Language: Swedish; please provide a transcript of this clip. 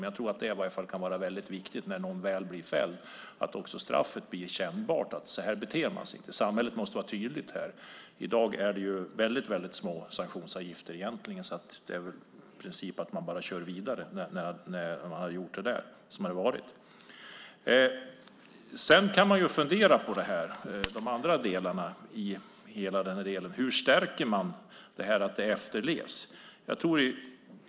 Men jag tror i alla fall att det kan vara väldigt viktigt när någon väl blir fälld att straffet också blir kännbart. Så här beter man sig inte. Samhället måste vara tydligt här. I dag är det väldigt små sanktionsavgifter. Det innebär i princip att man bara kör vidare. Sedan kan man fundera på de andra delarna. Hur förbättrar man efterlevnaden av lagarna?